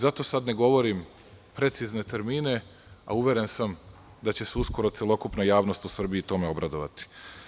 Zato sada ne govorim precizne termine, a uveren sam da će se uskoro celokupna javnost u Srbiji tome obradovati.